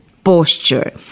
posture